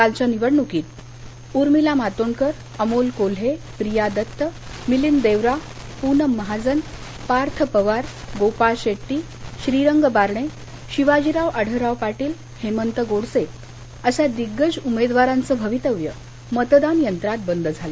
कालच्या निवडणूकीत उर्मिला मातोंडकर अमोल कोल्हे प्रिया दत्त मिलिंद देवरा पूनम महाजन पार्थ पवार गोपाळ शेट्टी श्रीरंग बारणे शिवाजीराव आढळराव पाटील हेमंत गोडसे अशा दिग्गज उमेदवारांचं भवितव्य मतदान यंत्रात बंद झालं